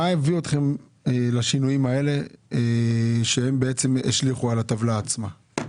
מה הביא אתכם לשינויים האלה שהשליכו על הטבלה עצמה?